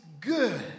good